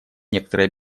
некоторые